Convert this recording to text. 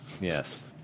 Yes